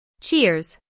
Cheers